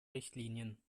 richtlinien